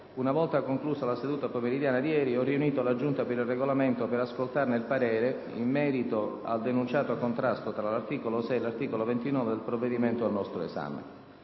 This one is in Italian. una volta conclusa la seduta pomeridiana di ieri ho riunito la Giunta per il Regolamento per ascoltarne il parere in merito al denunciato contrasto tra 1'articolo 6 e l'articolo 29 del provvedimento al nostro esame.